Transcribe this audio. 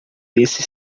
desse